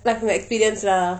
like from experience lah